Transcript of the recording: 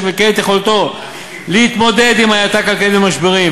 וכן את יכולתו להתמודד עם האטה כלכלית ומשברים.